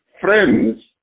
friends